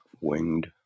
Winged